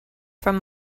from